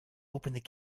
opened